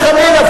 חס וחלילה,